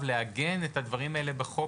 לגביהם,